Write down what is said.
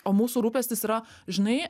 o mūsų rūpestis yra žinai